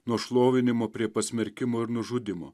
nuo šlovinimo prie pasmerkimo ir nužudymo